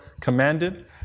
commanded